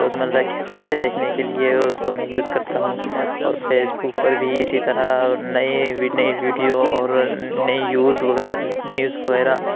روزمرہ کی خبریں دیکھنے کے لیے اس کو میں یوز کرتا ہوں اور فیس بک پر بھی اسی طرح اور نئی نئی ویڈیو اور نئی یوز وغیرہ نیوز وغیرہ